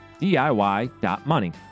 DIY.money